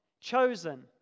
chosen